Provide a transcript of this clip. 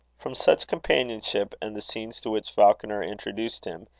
from such companionship and the scenes to which falconer introduced him,